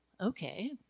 okay